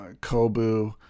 Kobu